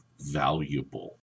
valuable